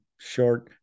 short